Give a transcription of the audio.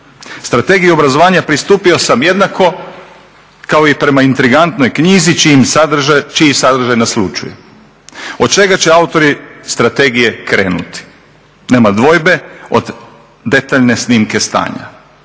Strategiji obrazovanja pristupio sam jednako kao i prema intrigantnoj knjizi čiji sadržaj naslućuje. Od čega će autori strategije krenuti? Nema dvojbe, od detaljne snimke stanja